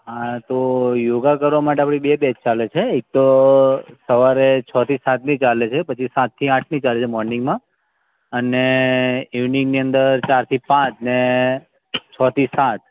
હા તો યોગા કરવા માટે આપણી બે બેચ ચાલે છે એક તો સવારે છ થી સાતની ચાલે પછી સાત થી આઠની ચાલે છે મોર્નિંગમાં અને ઈવનિંગની અંદર ચાર થી પાંચ ને છ થી સાત